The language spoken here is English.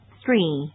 three